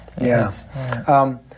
yes